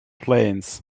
planes